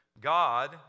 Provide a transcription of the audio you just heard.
God